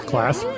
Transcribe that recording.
class